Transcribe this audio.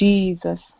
Jesus